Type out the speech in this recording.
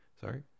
Sorry